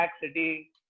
city